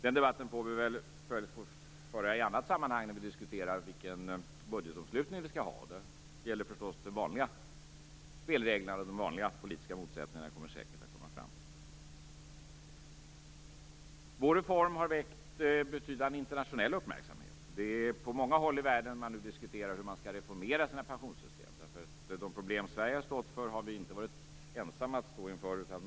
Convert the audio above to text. Den debatten får vi föra i ett annat sammanhang när vi diskuterar vilken budgetomslutning vi skall ha. Då gäller förstås de vanliga spelreglerna, och de vanliga politiska motsättningarna kommer säkert att komma fram. Vår reform har väckt betydande internationell uppmärksamhet. På många håll i världen diskuterar man nu hur man skall reformera sina pensionssystem. De problem som Sverige har stått inför har vi inte varit ensamma om att stå inför.